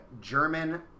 German